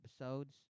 episodes